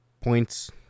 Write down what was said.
points